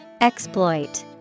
Exploit